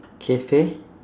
cafe